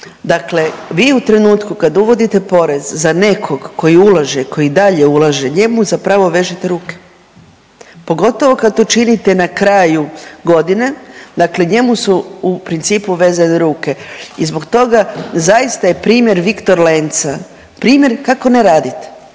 Dakle vi u trenutku kad uvodite porez za nekog koji ulaže, koji dalje ulaže njemu zapravo vežete ruke, pogotovo kada to činite na kraju godine. Dakle, njemu su u principu vezane ruke i zbog toga zaista je primjer Viktor Lenca primjer kako ne raditi,